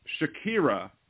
Shakira